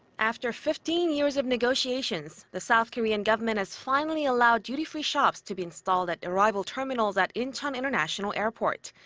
after fifteen years of negotiations, the south korean government has finally allowed duty-free shops to be installed at arrival terminals at incheon international airport.